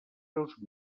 preus